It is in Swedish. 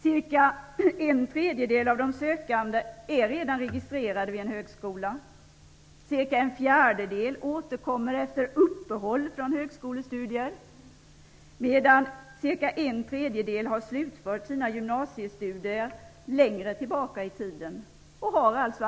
Cirka en tredjedel av de sökande är redan registrerade vid en högskola, cirka en fjärdedel återkommer efter uppehåll från högskolestudier medan cirka en tredjedel har slutfört sina gymnasiestudier längre tillbaka i tiden.